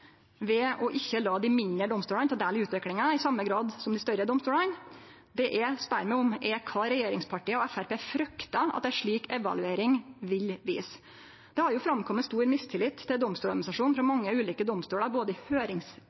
ikkje å la dei mindre domstolane ta del i utviklinga i same grad som dei større domstolane. Det eg spør meg om, er kva regjeringspartia og Framstegspartiet fryktar at ei slik evaluering vil vise. Det har jo kome fram stor mistillit til Domstoladministrasjonen frå mange ulike domstolar, både i